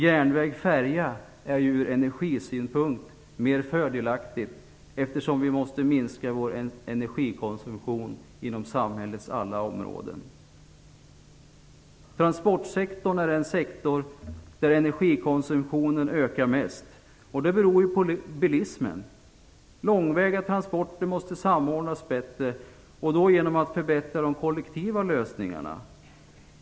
Järnväg och färja är mer fördelaktigt ur miljösynpunkt, eftersom vi måste minska vår energikonsumtion inom samhällets alla områden. Transportsektorn är den sektor där energikonsumtionen ökar mest. Det beror på bilismen. Långväga transporter måste samordnas bättre genom att man förbättrar de kollektiva lösningarna.